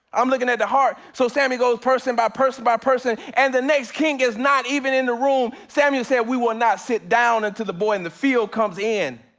i'm looking at the heart. so sammy goes person by person by person and the next king is not even in the room. samuel said, we will not sit down until the boy in the field comes in.